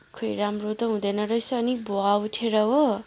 खोइ राम्रो त हुँदैन रहेछ अनि भुवा उठेर हो